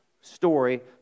story